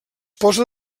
posa